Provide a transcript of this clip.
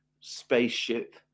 spaceship